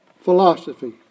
philosophy